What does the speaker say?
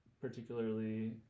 particularly